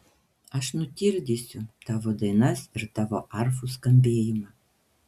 aš nutildysiu tavo dainas ir tavo arfų skambėjimą